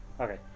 Okay